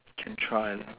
can try lah